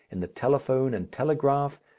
in the telephone and telegraph,